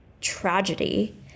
tragedy